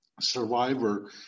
survivor